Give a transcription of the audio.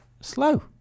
slow